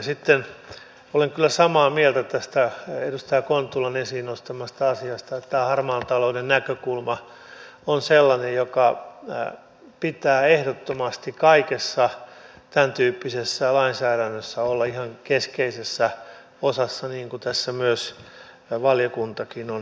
sitten olen kyllä samaa mieltä tästä edustaja kontulan esiin nostamasta asiasta että tämä harmaan talouden näkökulma on sellainen jonka pitää ehdottomasti kaikessa tämäntyyppisessä lainsäädännössä olla ihan keskeisessä osassa niin kuin tässä valiokuntakin on todennut